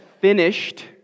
finished